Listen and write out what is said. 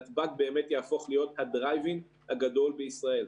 נתב"ג באמת יהפוך להיות הדרייב אין הגדול בישראל.